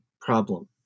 problem